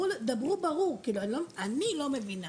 דברו ברור, כאילו אני לא מבינה, אני לא מבינה,